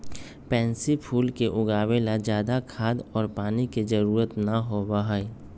pansy फूल के उगावे ला ज्यादा खाद और पानी के जरूरत ना होबा हई